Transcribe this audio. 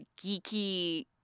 geeky